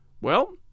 Well